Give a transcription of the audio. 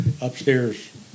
upstairs